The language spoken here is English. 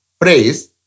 phrase